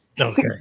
Okay